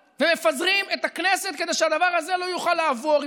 ומפזרים את הכנסת כדי שהדבר הזה לא יוכל לעבור.